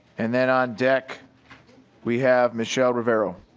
and then on deck we have michelle romero.